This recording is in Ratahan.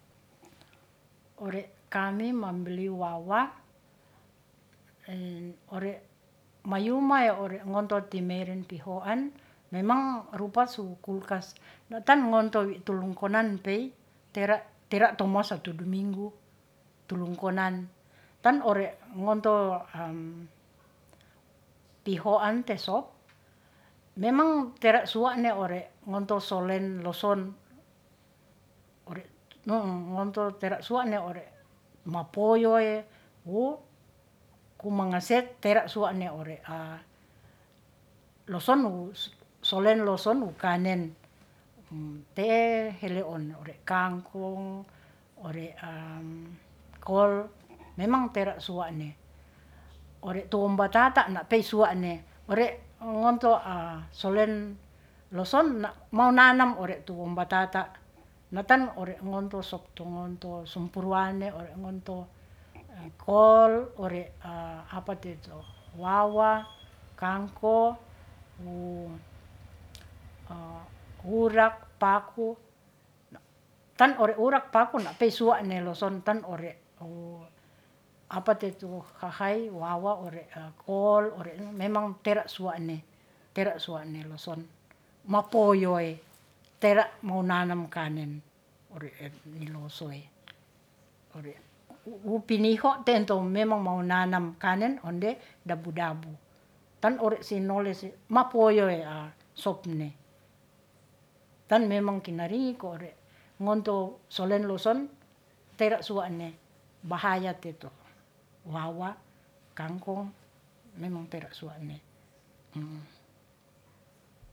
Ore kami mambeli wawa, ore mayumae ore ngonto timeren pihoan memang rupa su kulkas, na'tan ngonto wi tulungkonan pei tera, tera to masatu du minggu tulungkonan. Tan ore ngonto, pihoan te sop memang tera suwa'ne ore ngonto solen loson ore ngonto tera suwa'ne ore mapoyoe wu kumangase tera suwa'ne ore loson wus solen loson wu kanen te'e hele on ore kangkong, ore kol, memang tera suwa'ne ore to'om batata na'tey suwa'ne ore ngonto, solen loson na monanam ore tu batata na'tan ore ngonto sop tu ngonto sumpruane ore ngonto kol, ore apa te to wawa, kangko, wu wurak, paku. Tan ore wurak paku na' pei suwa'ne loson tan ore apa te tu hahai, wawa, ore kol, ore ne memang tera suwa'ne, tera' suwa'ne loson mapoyoe tera mo nanam kanen ore en nilo soe. Ore wu piniho ten to memang mau nanam kanen onde dabu-dabu tan ore si nolese mapoyoe sop netan memang kinari ko ore ngonto solen loson tera' suwa'ne bahaya te to wawa, kangkong, memang tera suwa'ne